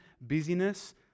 busyness